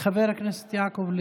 חבר הכנסת יעקב ליצמן.